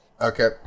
okay